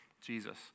Jesus